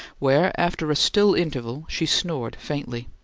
where, after a still interval, she snored faintly.